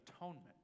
atonement